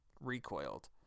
recoiled